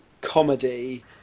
comedy